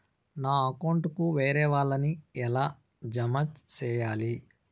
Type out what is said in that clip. నా అకౌంట్ కు వేరే వాళ్ళ ని ఎలా జామ సేయాలి?